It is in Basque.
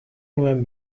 nuen